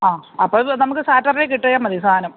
ആ അപ്പോൾ നമുക്ക് സാറ്റർഡേ കിട്ടിയാൽ മതി സാധനം